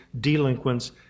delinquents